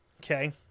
Okay